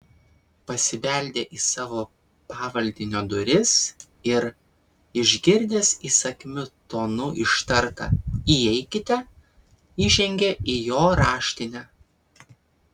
pasibeldė į savo pavaldinio duris ir išgirdęs įsakmiu tonu ištartą įeikite įžengė į jo raštinę